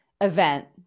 event